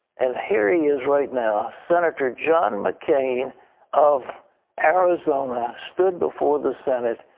and here he is right now, senator john mccain of arizona stood before the senate,